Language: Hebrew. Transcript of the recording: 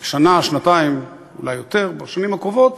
שנה, שנתיים, אולי יותר, בשנים הקרובות,